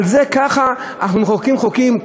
על זה, ככה מחוקקים חוקים?